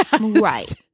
Right